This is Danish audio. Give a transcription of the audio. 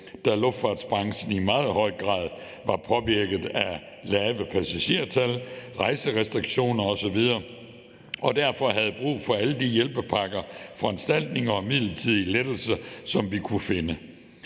da luftfartsbranchen i meget høj grad var påvirket af lave passagertal, rejserestriktioner osv. og derfor havde brug for alle de hjælpepakker og -foranstaltninger og midlertidige lettelser, som vi kunne finde.